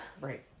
Right